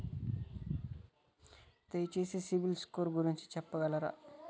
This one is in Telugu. దయచేసి సిబిల్ స్కోర్ గురించి చెప్పగలరా?